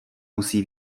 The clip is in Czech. musí